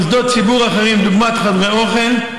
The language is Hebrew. במוסדות ציבור אחרים דוגמת חדרי אוכל,